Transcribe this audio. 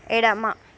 ఎడమ